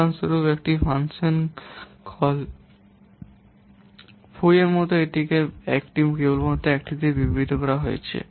উদাহরণস্বরূপ একটি function call foo মত এটিতে এখানে কেবলমাত্র একটি বিবৃতি রয়েছে